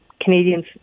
Canadians